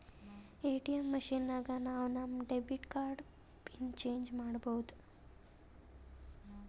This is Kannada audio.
ಎ.ಟಿ.ಎಮ್ ಮಷಿನ್ ನಾಗ್ ನಾವ್ ನಮ್ ಡೆಬಿಟ್ ಕಾರ್ಡ್ದು ಪಿನ್ ಚೇಂಜ್ ಮಾಡ್ಬೋದು